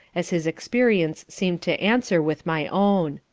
as his experience seem'd to answer with my own.